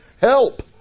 help